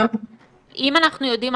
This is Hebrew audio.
אם אנחנו יודעים,